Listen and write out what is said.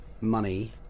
money